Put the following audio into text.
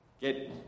get